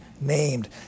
named